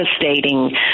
devastating